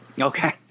Okay